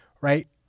right